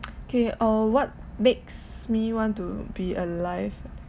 K uh what makes me want to be alive